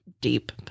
deep